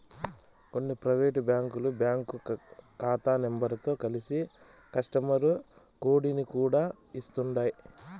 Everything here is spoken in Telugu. కొన్ని పైవేటు బ్యాంకులు బ్యాంకు కాతా నెంబరుతో కలిసి కస్టమరు కోడుని కూడా ఇస్తుండాయ్